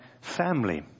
family